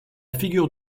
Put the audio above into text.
figure